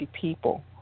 people